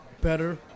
better